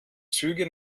züge